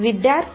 विद्यार्थी